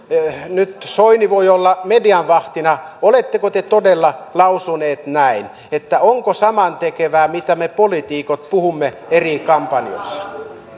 nyt soini voi olla median vahtina oletteko te todella lausunut näin onko samantekevää mitä me poliitikot puhumme eri kampanjoissa